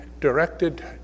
directed